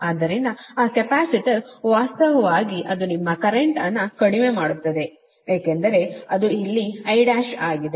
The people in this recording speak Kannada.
ಆದ್ದರಿಂದ ಆ ಕೆಪಾಸಿಟರ್ ವಾಸ್ತವವಾಗಿ ಅದು ನಿಮ್ಮ ಕರೆಂಟ್ವನ್ನು ಕಡಿಮೆ ಮಾಡುತ್ತದೆ ಏಕೆಂದರೆ ಅದು ಇಲ್ಲಿ I1 ಆಗಿದೆ